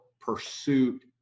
Pursuit